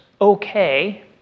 okay